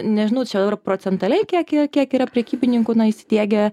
nežinau čia arba procentaliai kiek kiek kiek yra prekybininkų na įsidiegę